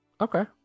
Okay